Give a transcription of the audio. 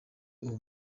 uwo